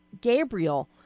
gabriel